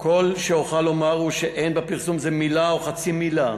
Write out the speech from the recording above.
כל שאוכל לומר הוא שאין בפרסום זה מילה או חצי מילה